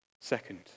Second